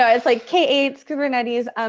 yeah it's like, k-etes, kubernetes. ah